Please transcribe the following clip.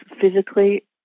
physically